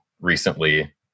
recently